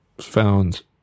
found